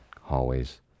hallways